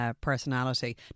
Personality